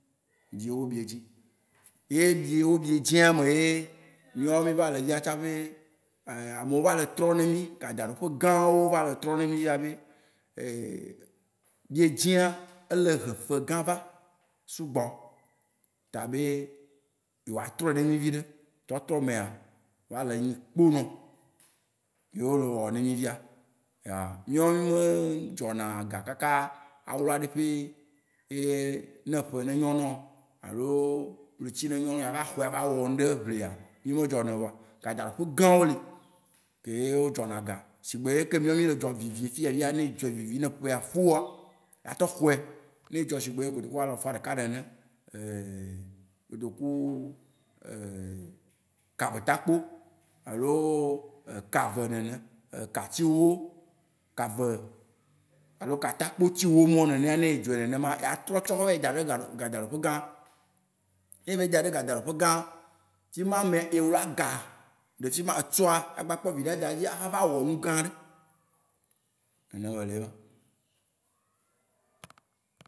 Biewó biedzĩ. Ye biewó biedzĩ a me ye míawo mí va le fia tsaƒe ame wó va le etrɔm ne mí. Gadzraɖoƒe gã wó va le etrɔm ne mí fia be biedzĩa ele hẽ fẽ gã va sugbɔ, ta be yewoa trɔɛ ne mí víɖe. Trɔtrɔ mea va le nyi kponɔ. Ye wó le ewɔm ne mí fia. Míawo mí me dzɔ na ga kaka awla ɖi ƒi ye na eƒe yine nyo nao alo ne ɣleti yine nyo nao ava xɔe ava wɔ nuɖe ʋlia, míawo mí me dzɔ nɛo, vɔ gadzraɖoƒe gã wó li keye wó dzɔ na ga si gbe leke míawo mí le edzɔ vivi fiya fia, ne edzɔe vivi ne eƒea fia, atɔ xɔe. Ne edzɔ si gbe kotoku alɔfã ɖeka nene. kotoku kabetakpo aloo eka eve nene. Ekati ewó, ka ve alo katakpotsi ewo mawó nenea, ne edzɔe nenemaa, eya trɔ tsɔ vayi daɖo gadzraɖoƒe gã. Ne evayi dɛ ɖe gadzraɖoƒe gã, fima me ewla ga ɖe fima. Etsɔa, agba kpɔ viɖe ada edzi axa ava wɔ nu gã ɖe. Nene be le ye ma.